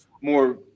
more